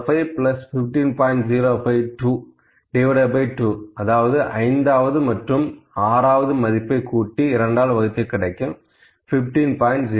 052 அதாவது ஐந்தாவது மற்றும் ஆறாவது மதிப்பை கூட்டி இரண்டால் வகுத்து கிடைக்கும் 15